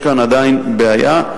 יש כאן עדיין בעיה,